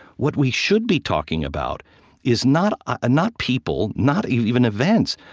what we should be talking about is not ah not people, not even events,